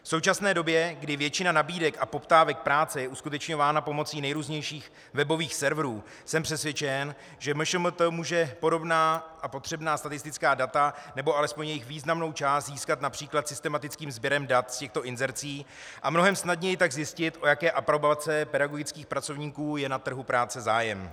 V současné době, kdy většina nabídek a poptávek práce je uskutečňována pomocí nejrůznějších webových serverů, jsem přesvědčen, MŠMT může podobná a potřebná statistická data, nebo alespoň jejich významnou část, získat například systematickým sběrem dat z těchto inzercí a mnohem snadněji tak zjistit, o jaké aprobace pedagogických pracovníků je na trhu práce zájem.